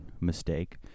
mistake